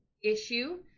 issue